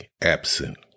absent